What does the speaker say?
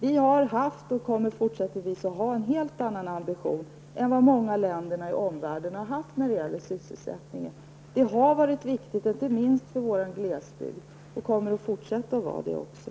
Vi har haft och kommer fortsättningsvis att ha en helt annan ambition än många av länderna i omvärlden har haft i fråga om sysselsättningen. Det har varit viktigt, inte minst för vår glesbygd, och det kommer att fortsätta att vara det också.